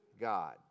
God